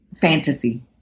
fantasy